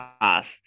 past